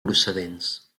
procedents